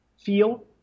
feel